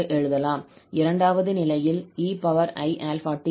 இரண்டாவது நிலையில் 𝑒𝑖𝛼𝑡 உள்ளது